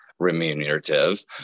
Remunerative